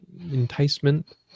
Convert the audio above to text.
enticement